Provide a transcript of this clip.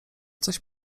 coś